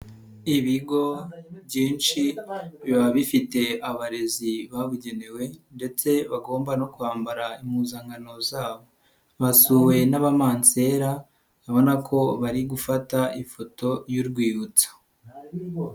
Ibigo byinshi biba bifite abarezi babugenewe ndetse bagomba no kwambara impuzankano zabo, basuwe n'abamansela ubona ko bari gufata ifoto y'urwibutso.